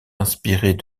inspirés